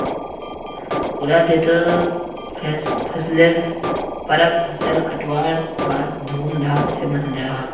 पूरा देशोत फसलेर परब फसल कटवार बाद धूम धाम से मनाल जाहा